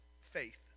faith